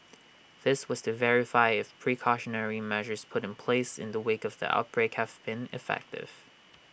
this was to verify if precautionary measures put in place in the wake of the outbreak have been effective